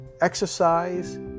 exercise